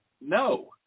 No